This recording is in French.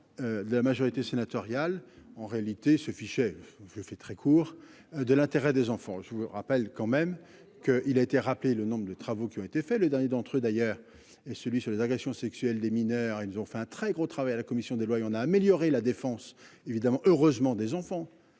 De la majorité sénatoriale. En réalité ce fichet je fais très court, de l'intérêt des enfants. Je vous rappelle quand même que il a été rappelé le nombre de travaux qui ont été fait le dernier d'entre eux d'ailleurs et celui sur les agressions sexuelles des mineurs. Ils nous ont fait un très gros travail à la commission des lois et on a amélioré la défense évidemment heureusement des enfants.